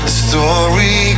story